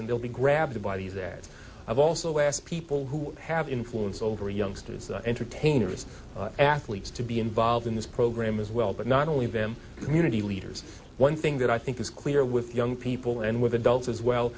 and they'll be grabbed by you that i've also asked people who have influence over youngsters entertainers athletes to be involved in this program as well but not only them community leaders one thing that i think is clear with young people and with adults as well